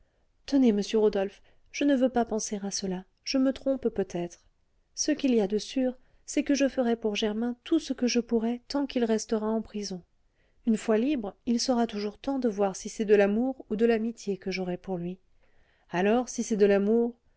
tenez monsieur rodolphe je ne veux pas penser à cela je me trompe peut-être ce qu'il y a de sûr c'est que je ferai pour germain tout ce que je pourrai tant qu'il restera en prison une fois libre il sera toujours temps de voir si c'est de l'amour ou de l'amitié que j'aurai pour lui alors si c'est de l'amour